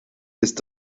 ist